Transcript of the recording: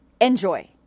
Enjoy